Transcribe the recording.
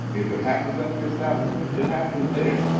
if it happens at the establishment, it happens there.